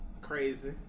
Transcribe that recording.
crazy